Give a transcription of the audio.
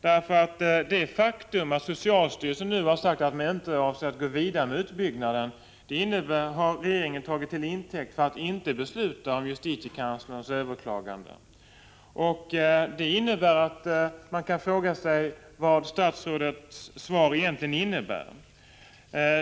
Det faktum att socialstyrelsen nu har sagt att man inte avser att gå vidare med utbyggnaden har regeringen tagit till intäkt för att inte besluta om justitiekanslerns överklaganden. Man kan därför fråga sig vad statsrådets svar egentligen innebär.